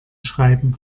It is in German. schreiben